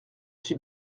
suis